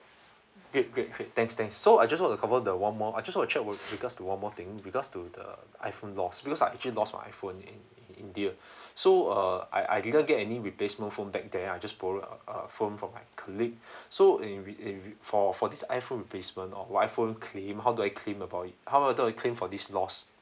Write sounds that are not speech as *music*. *breath* great great great thanks thanks so I just want to cover the one more I just want to check with regards to one more thing regards to the iPhone lost because I actually lost my iPhone in in india *breath* so uh I I didn't get any replacement phone back there I just borrow a a phone from my colleague *breath* so in re~ in re~ for for this iPhone replacement or iPhone claim how do I claim about it how I thought I claim for this lost